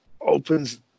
opens